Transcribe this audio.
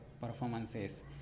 performances